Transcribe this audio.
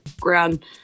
ground